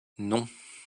non